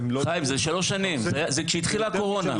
זה שלוש שנים, זה כשהתחילה הקורונה.